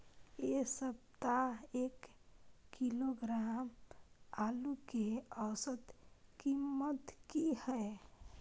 ऐ सप्ताह एक किलोग्राम आलू के औसत कीमत कि हय?